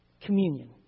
communion